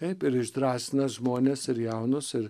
taip ir išdrąsina žmones ir jaunus ir